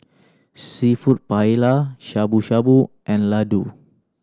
Seafood Paella Shabu Shabu and Ladoo